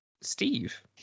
Steve